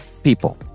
people